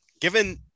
given